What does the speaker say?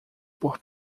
por